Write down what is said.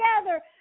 together